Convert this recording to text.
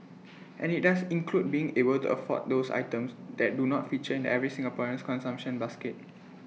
and IT does include being able to afford those items that do not feature in every Singaporean's consumption basket